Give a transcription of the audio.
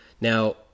now